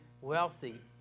wealthy